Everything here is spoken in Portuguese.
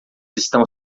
estão